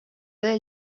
del